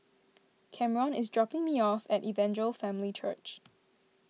Kameron is dropping me off at Evangel Family Church